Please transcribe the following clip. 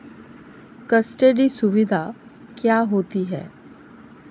Custody सुविधा क्या होती है?